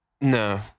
no